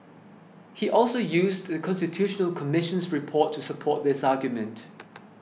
he also used The Constitutional Commission's report to support this argument